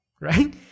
Right